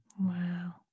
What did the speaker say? Wow